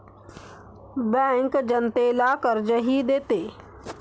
bank जनतेला कर्जही देते